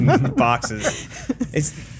Boxes